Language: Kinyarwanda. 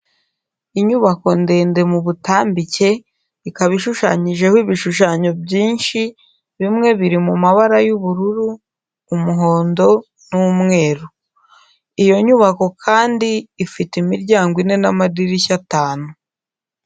Inyubako ndende m'ubutambike, ikaba ishushanyijeho ibishushanyo byinshi, bimwe biri mu mabara y'ubururu, umuhondo n'umweru. Iyo nyubako kandi ifite imiryango ine n'amadirishya atanu.